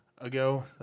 Ago